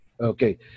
Okay